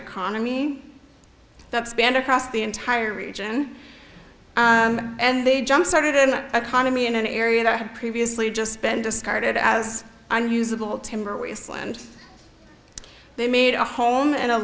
economy that spanned across the entire region and they jump started an economy in an area that had previously just been discarded as unusable timber wasteland they made a home and a